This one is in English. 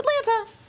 Atlanta